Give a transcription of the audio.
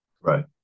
right